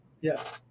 Yes